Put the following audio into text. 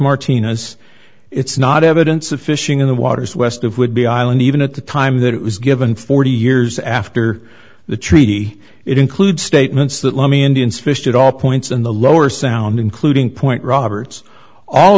martinez it's not evidence of fishing in the waters west of would be island even at the time that it was given forty years after the treaty it includes statements that let me indians fished at all points in the lower sound including point roberts all